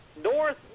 North